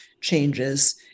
changes